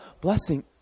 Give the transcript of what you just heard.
Blessing